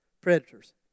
predators